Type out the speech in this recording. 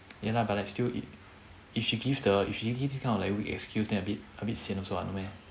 ya lah but like still if if she give the if she give this kind of like weak excuse then a bit a bit sian also no meh